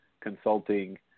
consulting